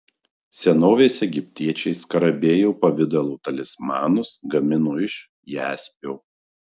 senovės egiptiečiai skarabėjo pavidalo talismanus gamino iš jaspio